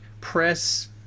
press